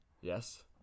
Yes